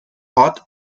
hot